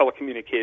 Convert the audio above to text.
telecommunications